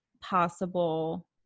possible